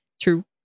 True